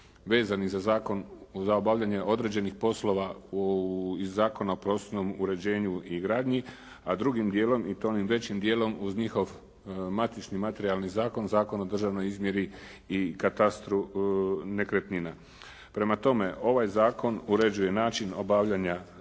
vezani za zakon za obavljanje određenih poslova iz Zakona o prostornom uređenju i gradnji, a drugim djelom i to onim većim djelom uz njihov matični materijalni zakon, Zakon o državnoj izmjeri i katastru nekretnina. Prema tome, ovaj zakon uređuje način obavljanja